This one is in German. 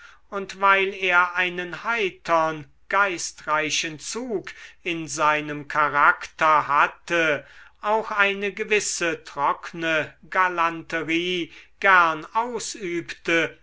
und weil er einen heitern geistreichen zug in seinem charakter hatte auch eine gewisse trockne galanterie gern ausübte